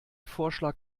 vorschlag